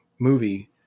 movie